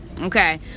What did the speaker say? Okay